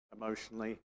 emotionally